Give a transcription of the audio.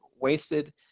wasted